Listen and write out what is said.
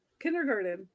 kindergarten